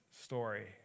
story